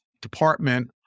department